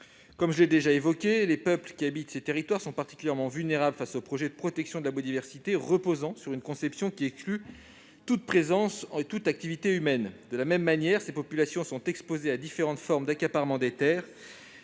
Comme je l'ai déjà évoqué, les peuples habitant ces territoires sont particulièrement vulnérables face aux projets de protection de la biodiversité, qui reposent sur une conception excluant toute présence et toute activité humaines. De la même manière, ces populations sont exposées à différentes formes d'accaparement des terres,